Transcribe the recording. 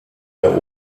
der